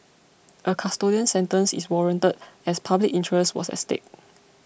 a custodial sentence is warranted as public interest was at stake